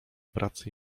pracy